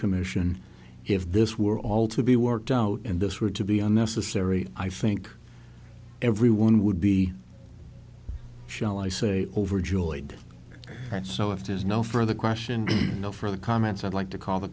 commission if this were all to be worked out and this were to be unnecessary i think everyone would be shall i say overjoyed that so it is no further question no further comments i'd like to call the